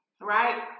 right